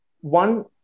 one